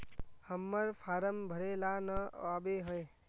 हम्मर फारम भरे ला न आबेहय?